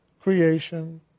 creation